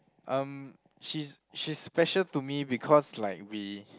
um she's she's special to me because like we